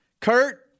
Kurt